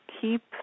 keep